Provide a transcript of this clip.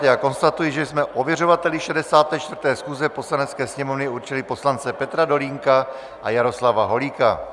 Já konstatuji, že jsme ověřovateli 64. schůze Poslanecké sněmovny určili poslance Petra Dolínka a Jaroslava Holíka.